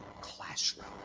classroom